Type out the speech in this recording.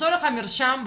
לצורך המרשם,